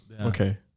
Okay